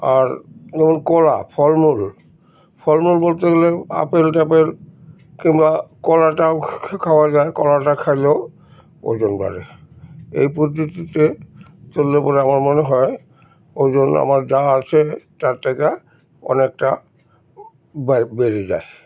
আর যেমন কলা ফলমূল ফলমূল বলতে গেলে আপেল টাপেল কিংবা কলা টাও খাওয়া যায় কলাটা খাইলেও ওজন বাড়ে এই পদ্ধতিতে চললে বলে আমার মনে হয় ওজন আমার যা আছে তার থেকে অনেকটা বার বেড়ে যায়